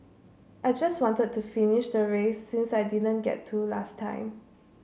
I just wanted to finish the race since I didn't get to last time